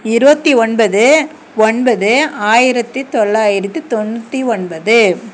இருபத்தி ஒன்பது ஒன்பது ஆயிரத்தி தொள்ளாயிரத்தி தொண்ணூற்றி ஒன்பது